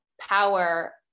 power